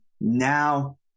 now